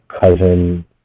cousin